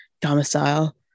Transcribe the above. domicile